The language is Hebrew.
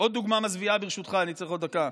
עוד דוגמה מזוויעה, ברשותך,